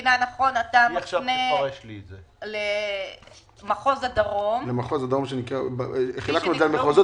מבינה נכון אתה מפנה למחוז הדרום "כפי שנקבעו